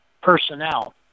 personnel